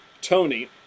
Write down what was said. Tony